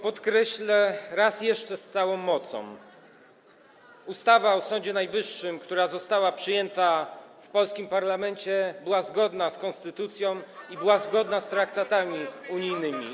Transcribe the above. Podkreślę raz jeszcze z całą mocą: ustawa o Sądzie Najwyższym, która została przyjęta w polskim parlamencie, była zgodna z konstytucją i traktatami unijnymi.